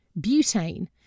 butane